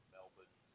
Melbourne